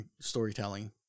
storytelling